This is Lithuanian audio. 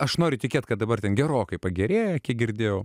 aš noriu tikėti kad dabar ten gerokai pagerėja kiek girdėjau